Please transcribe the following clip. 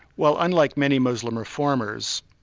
well unlike many muslim reformers,